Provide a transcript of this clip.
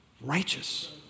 righteous